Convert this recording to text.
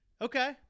Okay